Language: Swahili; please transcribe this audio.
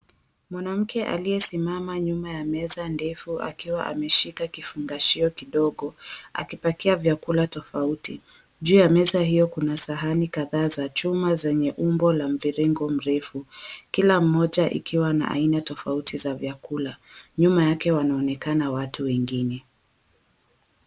Mwanamke aliyesimama nyuma ya meza ndefu akiwa ameshika kifungashio kidogo akipaki vyakula tofauti, juu ya meza hiyo kuna sahani kadhaa za chuma zenye umbo la mviringo mrefu, kila mmoja ikiwa na aina tofauti za vyakula, nyuma yake wanaonekana watu wengi.